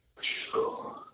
Sure